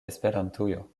esperantujo